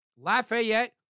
Lafayette